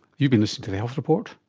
you've been listening to the health report.